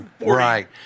right